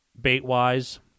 Bait-wise